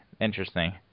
interesting